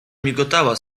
migotała